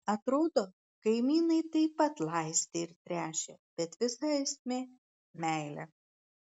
atrodo kaimynai taip pat laistė ir tręšė bet visa esmė meilė